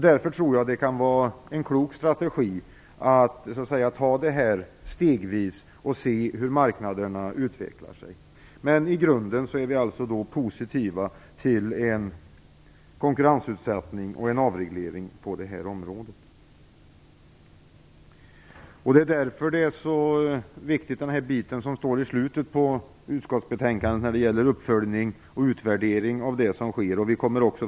Därför tror jag att det kan vara en klok strategi att ta detta stegvis och se hur marknaderna utvecklar sig. Men i grunden är vi således positiva till konkurrensutsättning och avreglering på det här området. Skrivningen i slutet av utskottsbetänkandet när det gäller uppföljning och utvärdering är därför viktig.